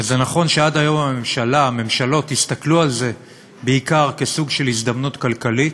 וזה נכון שעד היום הממשלות הסתכלו על זה בעיקר כסוג של הזדמנות כלכלית,